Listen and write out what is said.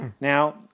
Now